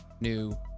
new